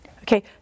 Okay